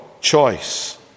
choice